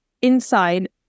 Inside